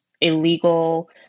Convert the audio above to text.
illegal